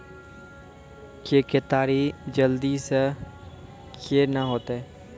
के केताड़ी जल्दी से के ना होते?